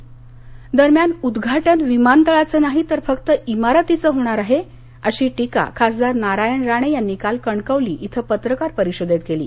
राणे सिंधर्ल्य दरम्यान उद्घाटन विमानतळाच नाही तर फक्त इमारतीचं होणार आहे अशी टीका खासदार नारायण राणे यांनी काल कणकवली इथं पत्रकार परिषदेत केली